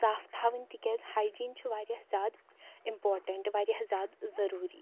صاف تھاوٕنۍ تِکیٛازِ ہایجیٖن چھِ وارِیاہ زیادٕ اِمپارٹیٚنٛٹہٕ وارِیاہ زیادٕ ضروٗری